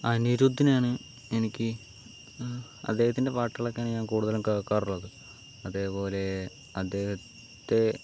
അനിരുദ്ധിനെയാണ് എനിക്ക് അദ്ദേഹത്തിൻ്റെ പാട്ടുകളൊക്കെയാണ് കൂടുതലും കേൾക്കാറുള്ളത് അതുപോലെ അദ്ദേഹത്തെ